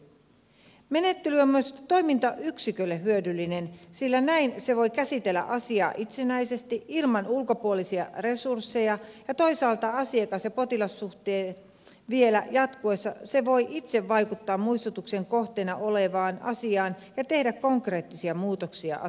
menettely on myös toimintayksikölle hyödyllinen sillä näin se voi käsitellä asiaa itsenäisesti ilman ulkopuolisia resursseja ja toisaalta asiakas ja potilassuhteen vielä jatkuessa se voi itse vaikuttaa muistutuksen kohteena olevaan asiaan ja tehdä konkreettisia muutoksia asiassa